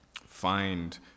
Find